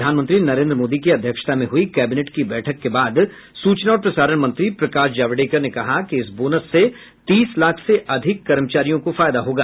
प्रधानमंत्री नरेन्द्र मोदी की अध्यक्षता में हुई कैबिनेट की बैठक के बाद सूचना और प्रसारण मंत्री प्रकाश जावड़ेकर ने कहा कि इस बोनस से तीस लाख से अधिक कर्मचारियों को फायदा होगा